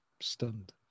stunned